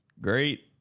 Great